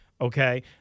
okay